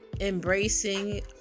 embracing